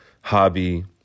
hobby